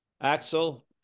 Axel